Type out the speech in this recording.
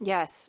Yes